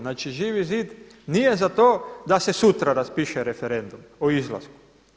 Znači Živi zid nije za to da se sutra raspiše referendum o izlasku.